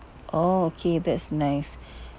oh okay that's nice